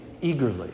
eagerly